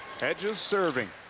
hedges serving